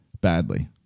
badly